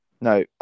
no